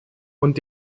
und